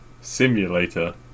simulator